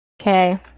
Okay